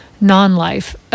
non-life